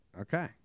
Okay